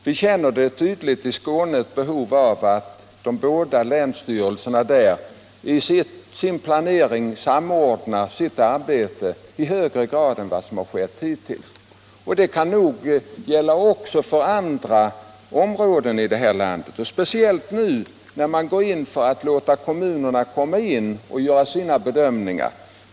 Vi känner i Skåne ett tydligt behov av att båda länsstyrelserna där i sin planering samordnar sitt arbete i högre grad än vad skett hittills. Det kan nog vara skäl till samordning också för andra områden i vårt land, speciellt nu när man går in för att låta kommunerna göra sina bedömningar.